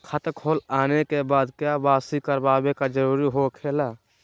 खाता खोल आने के बाद क्या बासी करावे का जरूरी हो खेला?